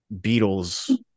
Beatles